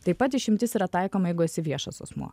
taip pat išimtis yra taikoma jeigu esi viešas asmuo